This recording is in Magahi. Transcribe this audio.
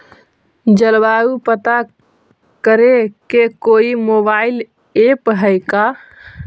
जलवायु पता करे के कोइ मोबाईल ऐप है का?